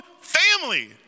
family